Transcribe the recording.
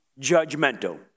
judgmental